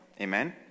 Amen